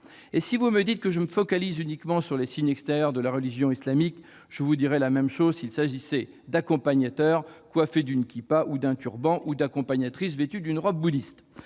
mes chers collègues, que je me focalise uniquement sur les signes extérieurs de la religion islamique, je vous dirai la même chose s'il s'agissait d'accompagnateurs coiffés d'une kippa ou d'un turban, ou d'accompagnatrices vêtues d'une robe bouddhiste.